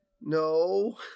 no